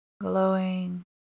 glowing